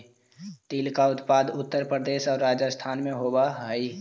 तिल का उत्पादन उत्तर प्रदेश और राजस्थान में होवअ हई